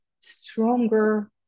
stronger